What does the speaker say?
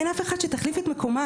אין אף אחת שתחליף את מקומן.